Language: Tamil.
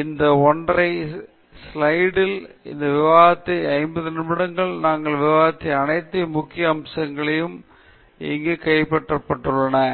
இந்த ஒற்றை ஸ்லைடில் இந்த விவாதத்தின் 50 நிமிடங்களில் நாங்கள் விவாதித்த அனைத்து முக்கிய அம்சங்கள் அனைத்தும் இங்கே கைப்பற்றப்பட்டுள்ளன